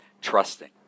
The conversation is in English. trusting